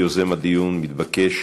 יוזם הדיון מתבקש